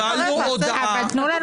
קיבלנו הודעה --- אבל תנו לנו